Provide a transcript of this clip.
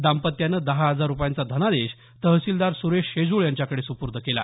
दांपत्यानं दहा हजार रुपयांचा धनादेश तहसीलदार सुरेश शेजुळ यांच्याकडे सुपूर्द केला